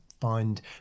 find